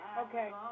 Okay